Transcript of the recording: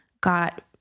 got